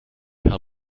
herr